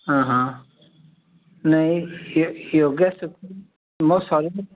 ହଁ ହଁ ନାଇଁ ୟୋଗା ମୋ ଶରୀର